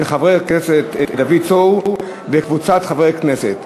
של חבר הכנסת דוד צור וקבוצת חברי הכנסת,